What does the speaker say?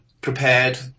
prepared